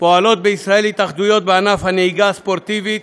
פועלות בישראל התאחדויות בענף הנהיגה הספורטיבית,